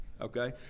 Okay